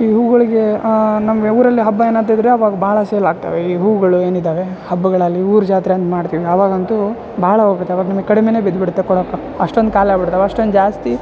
ಈ ಹೂಗಳಿಗೆ ನಮಗೆ ಊರಲ್ಲಿ ಹಬ್ಬ ಏನಾದ್ರುಯಿದ್ದರೆ ಆವಾಗ ಭಾಳ ಸೇಲ್ ಆಗ್ತಾವೆ ಈ ಹೂಗಳು ಏನಿದ್ದವೆ ಹಬ್ಬಗಳಲ್ಲಿ ಊರ ಜಾತ್ರೆ ಹಂಗೆ ಮಾಡ್ತೀವಿ ಆವಾಗಂತು ಭಾಳ ಹೋಗುತವ ನಮಗೆ ಕಡಿಮೇನೆ ಬಿದ್ಬಿಡತ್ತೆ ಕೊಡಕ್ಕೆ ಅಷ್ಟೊಂದು ಖಾಲಿ ಆಗ್ಬಿಡ್ತವ ಅಷ್ಟೊಂದು ಜಾಸ್ತಿ